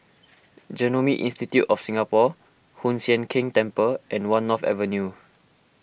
Genome Institute of Singapore Hoon Sian Keng Temple and one North Avenue